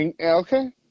Okay